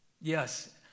Yes